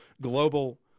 global